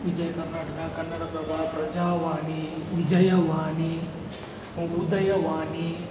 ವಿಜಯಕರ್ನಾಟಕ ಕನ್ನಡದ ಪ್ರಜಾವಾಣಿ ವಿಜಯವಾಣಿ ಉದಯವಾಣಿ